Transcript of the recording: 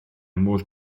modd